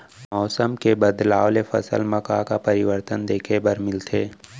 मौसम के बदलाव ले फसल मा का का परिवर्तन देखे बर मिलथे?